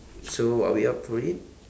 so are we up for it